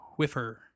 whiffer